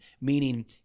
meaning